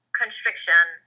constriction